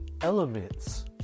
elements